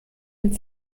mit